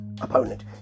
opponent